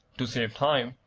to save time,